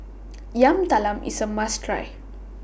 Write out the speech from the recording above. Yam Talam IS A must Try